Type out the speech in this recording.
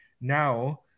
Now